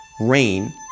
RAIN